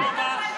דוגמה.